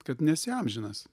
kad nesi amžinas